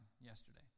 yesterday